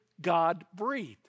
God-breathed